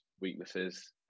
weaknesses